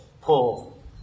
pull